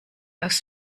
aus